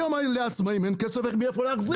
היום לעצמאים אין כסף מאיפה להחזיר.